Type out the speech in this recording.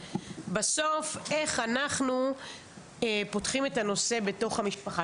בסוף איך אנחנו פותחים את הנושא בתוך המשפחה?